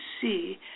see